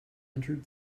entered